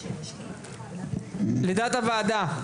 לדעת הוועדה,